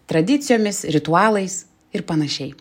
tradicijomis ritualais ir panašiai